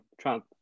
Trump